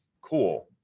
cool